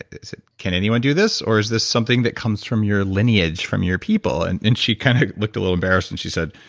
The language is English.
can anyone do this or is this something that comes from your lineage from your people? and and she kind of looked a little embarrassed and she said,